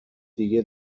دیگه